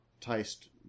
taste